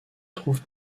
trouve